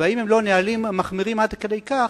והאם הם לא נהלים מחמירים עד כדי כך,